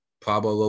Pablo